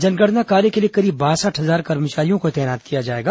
जनगणना कार्य के लिए करीब बासठ हजार कर्मचारियों को तैनात किया जाएगा